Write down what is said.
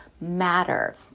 matter